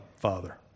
Father